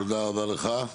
תודה רבה לך.